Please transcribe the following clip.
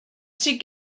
sydd